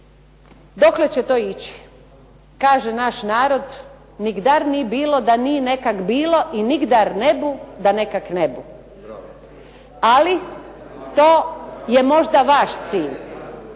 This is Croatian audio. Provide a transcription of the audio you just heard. Dokle će to ići? Kaže naš narod "Nigdar ni bilo da nije nikak bilo i nigdar ne bu, da nekak ne bu". Ali to je možda vaš cilj.